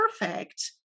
perfect